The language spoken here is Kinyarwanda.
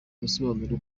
ubusobanuro